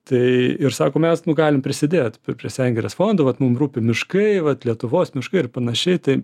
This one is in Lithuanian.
tai ir sako mes galim prisidėt prie sengirės fondo vat mum rūpi miškai vat lietuvos miškai ir panašiai tai